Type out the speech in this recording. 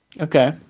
Okay